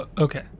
Okay